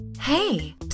Hey